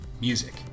Music